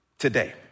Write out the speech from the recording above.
Today